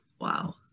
Wow